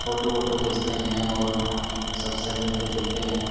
اور فوٹو ووٹو کھینچتے ہیں اور سب سے ملتے جلتے ہیں